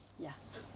ya